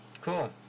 cool